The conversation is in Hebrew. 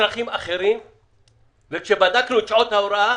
לצרכים אחרים וכשבדקנו את שעות ההוראה,